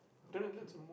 okay